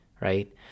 Right